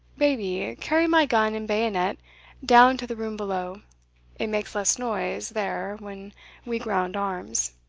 baby, carry my gun and bayonet down to the room below it makes less noise there when we ground arms.